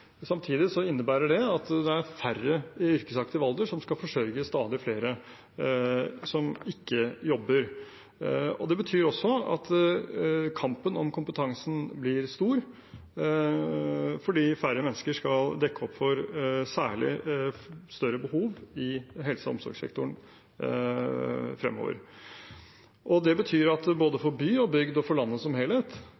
Samtidig innebærer det at det er færre i yrkesaktiv alder som skal forsørge stadig flere som ikke jobber. Det betyr også at kampen om kompetansen blir stor, fordi færre mennesker skal dekke opp for større behov, særlig i helse- og omsorgssektoren fremover. Det betyr at for både